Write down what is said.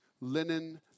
linen